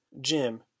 Jim